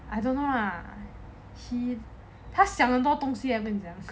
I don't know lah 他想很多东西 eh